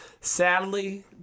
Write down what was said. Sadly